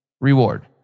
reward